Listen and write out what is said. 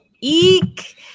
Eek